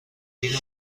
اینو